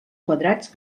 quadrats